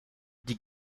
die